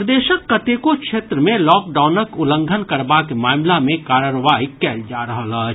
प्रदेशक कतेको क्षेत्र मे लॉकडाउनक उल्लंघन करबाक मामिला मे कार्रवाई कयल जा रहल अछि